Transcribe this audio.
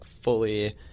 fully